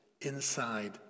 inside